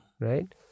right